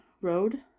Road